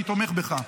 אני תומך בך.